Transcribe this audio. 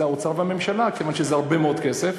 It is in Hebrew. האוצר והממשלה, כיוון שזה הרבה מאוד כסף,